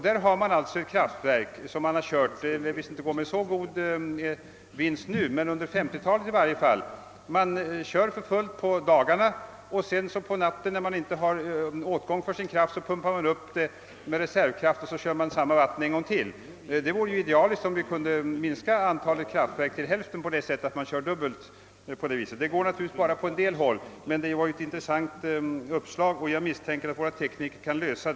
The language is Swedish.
Där har man ett kraftverk, det lär visst inte gå med så god vinst nu som under 1950-talet, men det körs för fullt på dagarna, medan vattnet nattetid, då åtgången inte är densamma, pumpas upp med reservkraft, varefter det körs med samma vatten ännu en gång. Det vore ju idealiskt om vi kunde minska antalet kraftverk med hälften på så sätt att man kör dubbelt. Naturligtvis går detta för sig endast på en del håll, men det var ett intressant uppslag, och jag misstänker att våra tekniker kan lösa problemet.